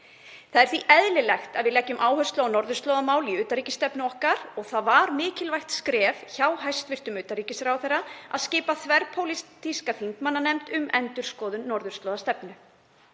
Því er eðlilegt að við leggjum áherslu á norðurslóðamál í utanríkisstefnu okkar. Það var mikilvægt skref hjá hæstv. utanríkisráðherra að skipa þverpólitíska þingmannanefnd um endurskoðun norðurslóðastefnu